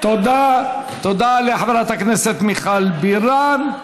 תודה לחברת הכנסת מיכל בירן.